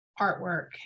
artwork